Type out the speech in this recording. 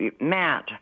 Matt